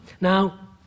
Now